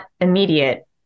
immediate